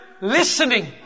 listening